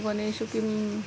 वनेषु किम्